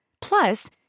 Plus